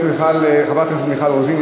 חברת הכנסת מיכל רוזין,